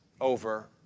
over